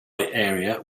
area